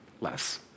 less